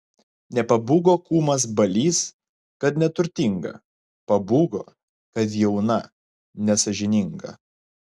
nepabūgo kūmas balys kad neturtinga pabūgo kad jauna nesąžininga